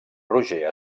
roger